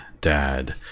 dad